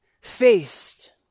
faced